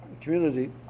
community